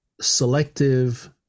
selective